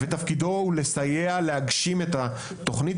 ותפקידו הוא לסייע להגשים את התכנית